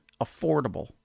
affordable